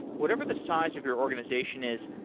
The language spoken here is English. whatever the size of your organization is,